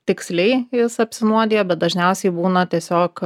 tiksliai jis apsinuodijo bet dažniausiai būna tiesiog